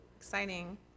exciting